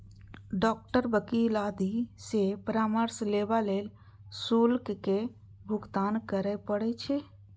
doctor, वकील आदि सं परामर्श लेबा लेल शुल्क केर भुगतान करय पड़ै छै